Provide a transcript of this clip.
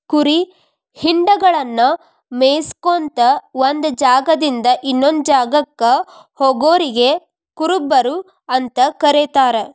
ಕುರಿ ಹಿಂಡಗಳನ್ನ ಮೇಯಿಸ್ಕೊತ ಒಂದ್ ಜಾಗದಿಂದ ಇನ್ನೊಂದ್ ಜಾಗಕ್ಕ ಹೋಗೋರಿಗೆ ಕುರುಬರು ಅಂತ ಕರೇತಾರ